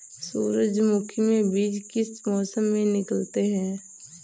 सूरजमुखी में बीज किस मौसम में निकलते हैं?